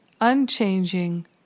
unchanging